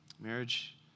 Marriage